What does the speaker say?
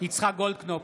יצחק גולדקנופ,